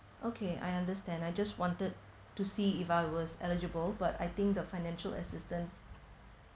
okay I understand I just wanted to see if I was eligible but I think the financial assistance